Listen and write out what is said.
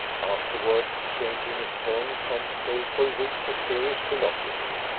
afterward, changing his tone from playful wit to serious philosophy,